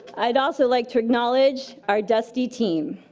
i'd also like to acknowledge our dusty team.